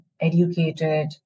educated